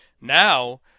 Now